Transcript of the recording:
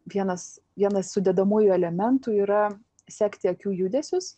vienas vienas sudedamųjų elementų yra sekti akių judesius